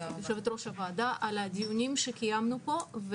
יושבת-ראש הוועדה על הדיונים שקיימנו פה.